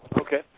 Okay